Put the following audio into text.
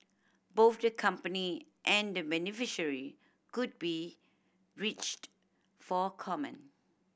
both the company and the beneficiary could be reached for comment